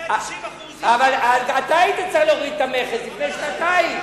190% אבל אתה היית צריך להוריד את המכס לפני שנתיים.